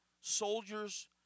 soldiers